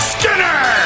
Skinner